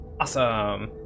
Awesome